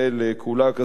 כשר המקשר,